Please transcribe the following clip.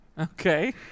Okay